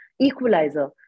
equalizer